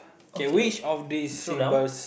K which of these symbols